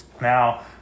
now